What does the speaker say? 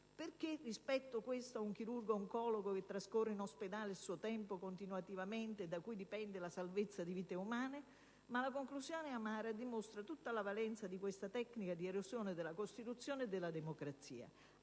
prevista per un chirurgo oncologo che trascorre in ospedale il suo tempo continuativamente e da cui dipende la salvezza di vite umane? La conclusione è amara e dimostra tutta la valenza di questa tecnica di erosione della Costituzione e della democrazia: